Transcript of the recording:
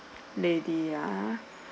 lady ah